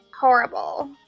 horrible